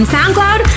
SoundCloud